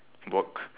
work